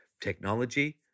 technology